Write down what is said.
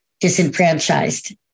disenfranchised